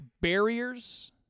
barriers